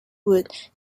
would